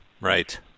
right